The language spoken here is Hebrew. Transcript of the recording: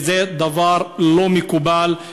וזה דבר לא מקובל.